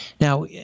Now